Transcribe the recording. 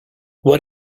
what